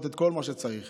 במקום שההוא יעודד אותו,